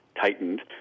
tightened